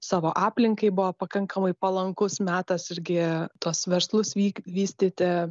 savo aplinkai buvo pakankamai palankus metas irgi tuos verslus vyk vystyti